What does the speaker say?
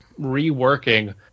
reworking